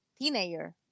teenager